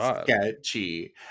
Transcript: sketchy